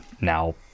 now